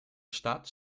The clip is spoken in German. stadt